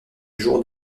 jour